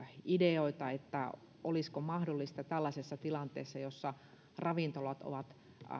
ideoita että olisiko mahdollista ajatella tällaisessa tilanteessa jossa ravintolat ovat